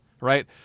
right